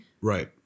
Right